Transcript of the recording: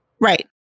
Right